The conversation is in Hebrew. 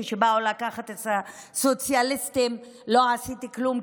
כשבאו לקחת את הסוציאליסטים לא עשיתי כלום,